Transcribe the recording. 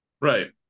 Right